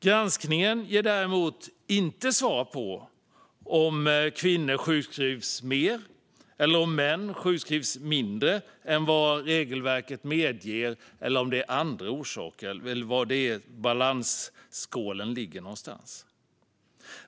Granskningen ger dock inte svar på om kvinnor sjukskrivs mer eller om män sjukskrivs mindre än vad regelverket medger, om det finns andra orsaker eller hur det ligger i balansskålen.